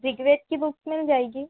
ऋग्वेद की बुक मिल जाएगी